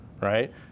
right